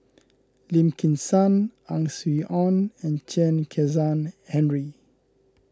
Lim Kim San Ang Swee Aun and Chen Kezhan Henri